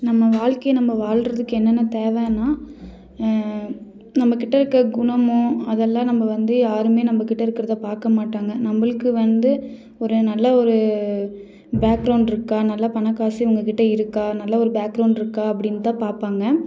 நம்ம வாழ்க்கைய நம்ம வாழ்றதுக்கு என்னென்ன தேவைனா நம்மக்கிட்ட இருக்கிற குணமோ அதெலாம் நம்ம வந்து யாருமே நம்மக்கிட்ட இருக்கிறத பார்க்க மாட்டாங்கள் நம்மளுக்கு வந்து ஒரு நல்ல ஒரு பேக்ரௌண்ட் இருக்கா நல்ல பணம் காசு இவங்கக்கிட்ட இருக்கா நல்ல ஒரு பேக்ரௌண்ட் இருக்கா அப்படின் தான் பார்ப்பாங்க